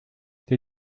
der